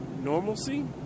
normalcy